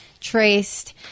traced